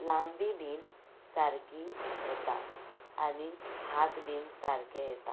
लांबी बी सारकी येता आनी हात बीन सारके येतात